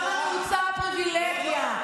שם נעוצה הפריבילגיה,